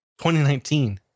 2019